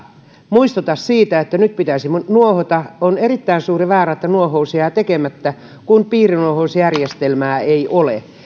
muistuta siitä että nyt pitäisi nuohota on erittäin suuri vaara että nuohous jää tekemättä kun piirinuohousjärjestelmää ei ole